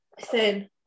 Thin